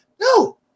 No